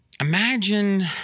Imagine